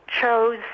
chose